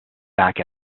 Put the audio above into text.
back